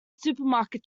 supermarket